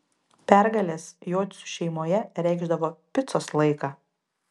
pergalės jocių šeimoje reikšdavo picos laiką